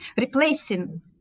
replacing